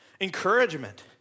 encouragement